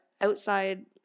outside